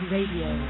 Radio